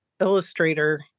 illustrator